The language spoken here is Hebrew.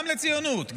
גם לציונות,